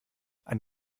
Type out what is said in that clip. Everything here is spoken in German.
ein